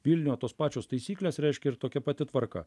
vilniuje tos pačios taisyklės reiškia ir tokia pati tvarka